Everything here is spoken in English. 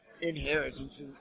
inheritance